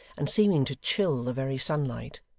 and seeming to chill the very sunlight.